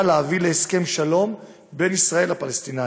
להביא להסכם שלום בין ישראל לפלסטינים.